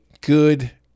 good